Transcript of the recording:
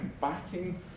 backing